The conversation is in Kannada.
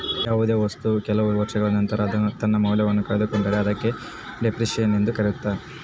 ಯಾವುದೇ ವಸ್ತು ಕೆಲವು ವರ್ಷಗಳ ನಂತರ ತನ್ನ ಮೌಲ್ಯವನ್ನು ಕಳೆದುಕೊಂಡರೆ ಅದಕ್ಕೆ ಡೆಪ್ರಿಸಸೇಷನ್ ಎಂದು ಕರೆಯುತ್ತಾರೆ